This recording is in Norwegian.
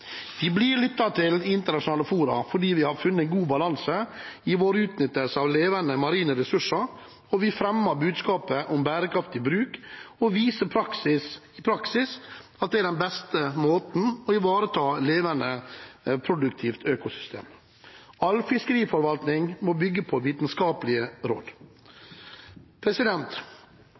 Vi blir lyttet til i internasjonale fora fordi vi har funnet en god balanse i vår utnyttelse av levende marine ressurser. Vi fremmer budskapet om bærekraftig bruk og viser i praksis at det er den beste måten å ivareta et levende, produktivt økosystem på. All fiskeriforvaltning må bygge på